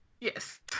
Yes